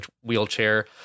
wheelchair